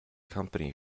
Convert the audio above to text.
company